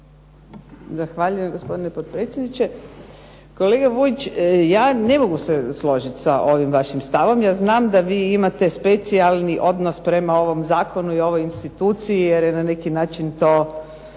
Zahvaljujem gospodine potpredsjedniče. Kolega Vujić, ja ne mogu se složiti sa ovim vašim stavom. Ja znam da vi imate specijalni odnos prema ovom zakonu i ovoj instituciji jer je na neki način to